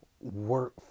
work